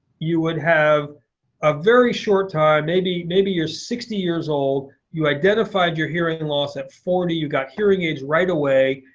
you would have a very short time, maybe maybe you're sixty years old. you identified your hearing and loss at forty. you got hearing aids right away.